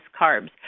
carbs